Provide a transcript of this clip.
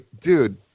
dude